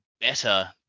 better